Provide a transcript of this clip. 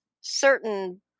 certain